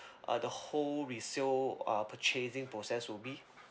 uh the whole resale uh purchasing process will be